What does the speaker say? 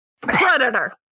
Predator